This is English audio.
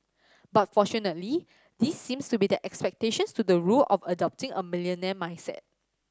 but fortunately these seems to be the exceptions to the rule of adopting a millionaire mindset